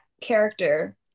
character